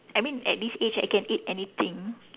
I mean at this age I can eat anything